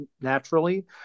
naturally